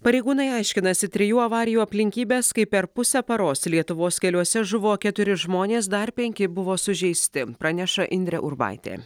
pareigūnai aiškinasi trijų avarijų aplinkybes kai per pusę paros lietuvos keliuose žuvo keturi žmonės dar penki buvo sužeisti praneša indrė urbaitė